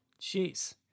Jeez